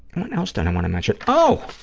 what else did i want to mention? oh,